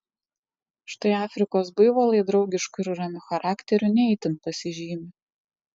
štai afrikos buivolai draugišku ir ramu charakteriu ne itin pasižymi